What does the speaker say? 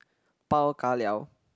bao ka liao